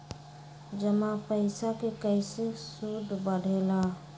जमा पईसा के कइसे सूद बढे ला?